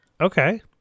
Okay